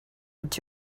would